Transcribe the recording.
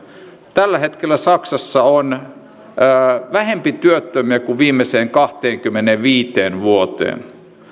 tällä hetkellä saksassa on vähemmän työttömiä kuin viimeiseen kahteenkymmeneenviiteen vuoteen